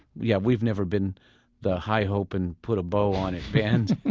yeah, we've never been the high hope and put a bow on it band